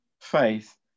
faith